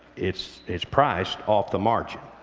it's it's priced off the margin.